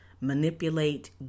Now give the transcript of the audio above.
manipulate